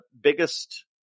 biggest